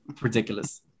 ridiculous